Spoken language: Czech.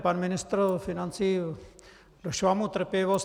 Pan ministr financí... došla mu trpělivost.